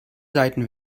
seiten